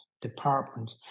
department